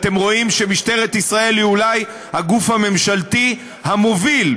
אתם רואים שמשטרת ישראל היא אולי הגוף הממשלתי המוביל,